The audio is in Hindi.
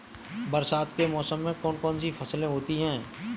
बरसात के मौसम में कौन कौन सी फसलें होती हैं?